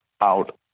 out